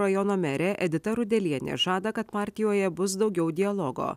rajono merė edita rudelienė žada kad partijoje bus daugiau dialogo